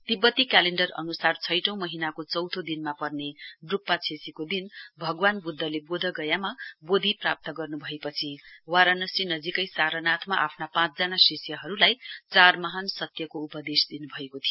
तिब्बती क्यालेण्डर अन्सार छैटौं महीनाको चौथो दिनमा पर्ने ड्क्पा छेसीको दिन भगवान बुद्धले बोधगयामा बोधी प्राप्त गर्नुपछि वाराणसी नजीकै सारनाथमा आफ्ना पाँचजना शिष्यहरूलाई चार महान सत्यको उपदेश दिनुभएको थियो